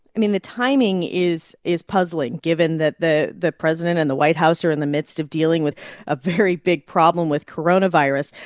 i mean, the timing is is puzzling, given that the the president and the white house are in the midst of dealing with a very big problem with coronavirus.